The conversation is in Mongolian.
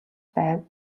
байв